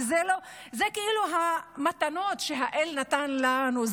זה כאילו המתנות שהאל נתן לנו,